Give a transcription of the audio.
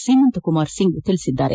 ಸಿಮಂತ್ ಕುಮಾರ್ ಸಿಂಗ್ ಹೇಳಿದ್ದಾರೆ